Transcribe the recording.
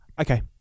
Okay